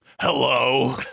Hello